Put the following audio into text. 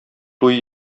туй